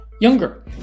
younger